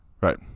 Right